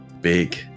big